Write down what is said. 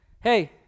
hey